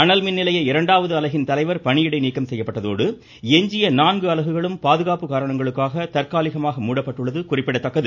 அனல்மின் பணியிடை நிலைய இரண்டாவது அலகின் கலைவர் நீக்கம் செய்யப்பட்டதோடு எஞ்சிய நான்கு அலகுகளும் பாதுகாப்பு காரணங்களுக்காக தற்காலிகமாக மூடப்பட்டுள்ளது குறிப்பிடத்தக்கது